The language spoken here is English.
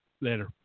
Later